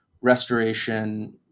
restoration